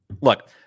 Look